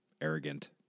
arrogant